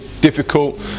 difficult